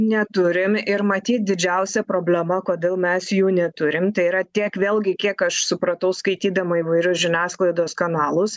neturim ir matyt didžiausia problema kodėl mes jų neturim tai yra tiek vėlgi kiek aš supratau skaitydama įvairius žiniasklaidos kanalus